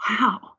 wow